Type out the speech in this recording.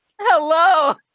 Hello